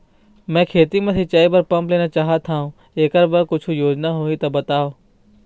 मैं खेती म सिचाई बर पंप लेना चाहत हाव, एकर बर कुछू योजना होही त बताव?